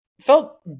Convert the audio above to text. felt